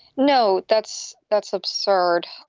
no, that's that's absurd.